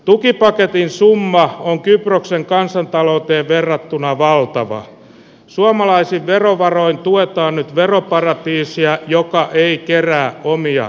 tukipaketin summa on kyprokseen kansantalouteen verrattuna valtavalla suomalaisia verovaroin tuetaan nyt veroparatiisia joukkoa ei kierrä omia